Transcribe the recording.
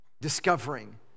discovering